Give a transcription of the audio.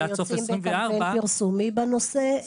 עד סוף 2024 --- אתם יוצאים בקמפיין פרסומי בנושא?